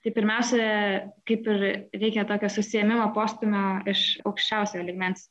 tai pirmiausia kaip ir reikia tokio susiėmimo postūmio iš aukščiausiojo lygmens